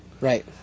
Right